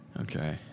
Okay